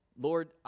Lord